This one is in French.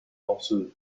danseuse